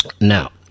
Now